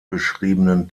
beschriebenen